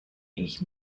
ich